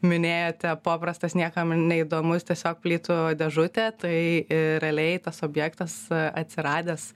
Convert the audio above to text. minėjote paprastas niekam neįdomus tiesiog plytų dėžutė tai realiai tas objektas atsiradęs